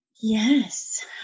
Yes